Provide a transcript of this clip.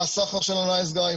מה הסחר של הנייס-גאי,